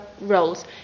roles